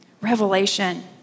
revelation